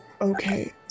okay